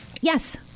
Yes